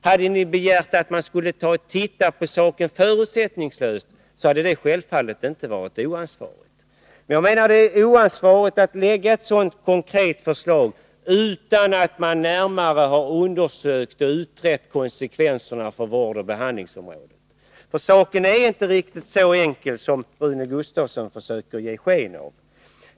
Hade ni begärt att man skall studera saken förutsättningslöst, hade det självfallet inte varit oansvarigt. Jag tycker att det är oansvarigt att lägga fram ett sådant konkret förslag utan att man närmare undersökt och utrett konsekvenserna för vårdoch behandlingsområdet. Saken är inte riktigt så enkel som Rune Gustavsson försöker ge sken av.